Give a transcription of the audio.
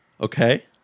Okay